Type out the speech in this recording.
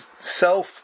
self